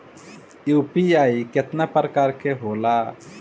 UPI केतना प्रकार के होला?